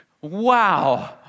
wow